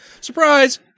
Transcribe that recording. Surprise